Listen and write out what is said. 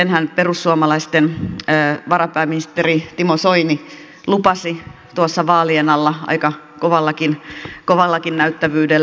senhän perussuomalaisten varapääministeri timo soini lupasi tuossa vaalien alla aika kovallakin näyttävyydellä